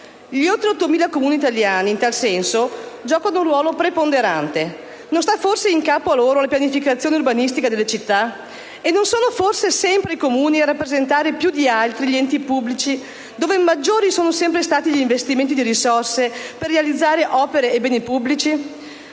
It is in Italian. Gli oltre 8.000 Comuni italiani, in tal senso, giocano un ruolo preponderante: non sta forse in capo a loro la pianificazione urbanistica delle città? E non sono forse sempre i Comuni a rappresentare più di altri gli enti pubblici, dove maggiori sono sempre stati gli investimenti di risorse per realizzare opere e beni pubblici?